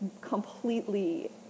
completely